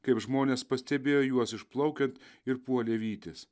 kaip žmonės pastebėjo juos išplaukiant ir puolė vytis